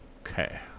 Okay